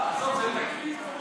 עזוב, זה תקליט.